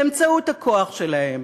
באמצעות הכוח שלהם,